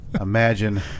imagine